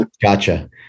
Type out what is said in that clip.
gotcha